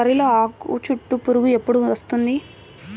వరిలో ఆకుచుట్టు పురుగు ఎప్పుడు వస్తుంది?